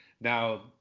Now